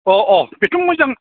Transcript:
अ अ बेथ' मोजां